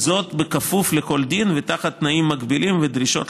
וזאת בכפוף לכל דין ותחת תנאים מגבילים ודרישות